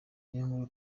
niyonkuru